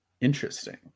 Interesting